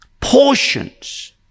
portions